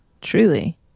Truly